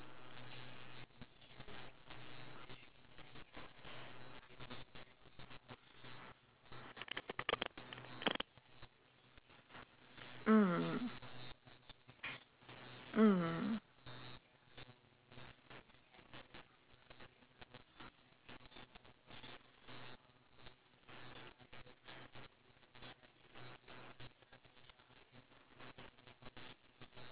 mm mm